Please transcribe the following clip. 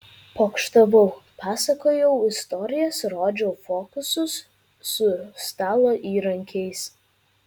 pokštavau pasakojau istorijas rodžiau fokusus su stalo įrankiais